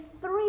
three